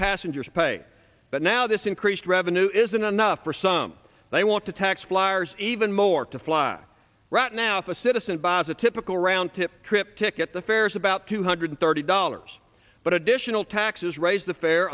passengers pay but now this increased revenue isn't enough for some they want to tax flyers even more to fly right now the citizen buys a typical round to trip ticket the fares about two hundred thirty dollars but additional taxes raised the fare